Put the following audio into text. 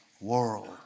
world